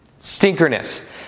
stinkerness